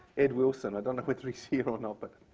ed wilson. i don't know whether he's here or not. but